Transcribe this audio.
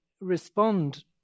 respond